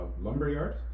lumberyard